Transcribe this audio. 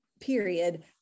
period